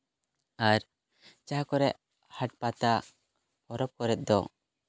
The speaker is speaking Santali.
ᱟᱨ ᱡᱟᱦᱟᱸ ᱠᱚᱨᱮᱜ ᱦᱟᱴ ᱯᱟᱛᱟ ᱯᱚᱨᱚᱵᱽ ᱠᱚᱨᱮᱜ ᱫᱚ